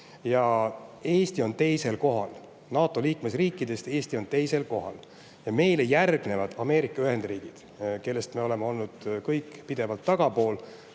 on olnud märkimisväärne. NATO liikmesriikidest on Eesti teisel kohal ja meile järgnevad Ameerika Ühendriigid, kellest me oleme olnud kõik pidevalt tagapool.